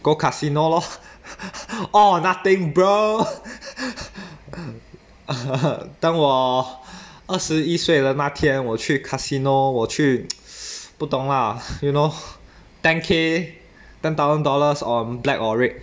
go casino lor all or nothing bro 当我二十一岁了那天我去 casino 我去不懂 lah you know ten K ten thousand dollars on black or red